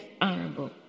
honorable